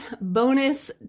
bonus